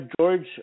George